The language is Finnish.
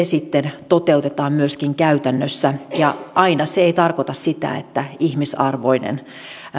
sitten toteutetaan myöskin käytännössä ja aina se ei tarkoita sitä että ihmisarvoinen